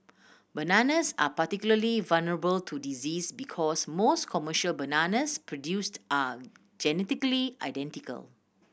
bananas are particularly vulnerable to disease because most commercial bananas produced are genetically identical